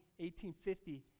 1850